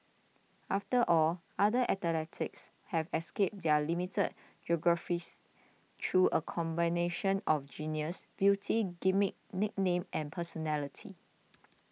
after all other athletes have escaped their limited geographies through a combination of genius beauty gimmick nickname and personality